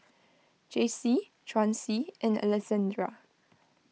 Jaycee Chauncy and Alessandra